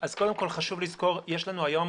חשוב לזכור שיש לנו היום